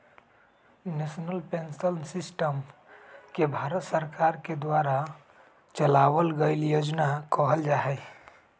national pension system के भारत सरकार के द्वारा चलावल गइल योजना कहल जा हई